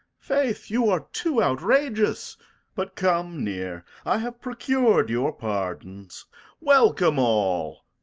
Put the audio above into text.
faith, you are too outrageous but, come near i have procur'd your pardons welcome, all.